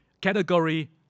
category